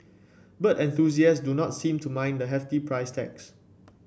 bird enthusiast do not seem to mind the hefty price tags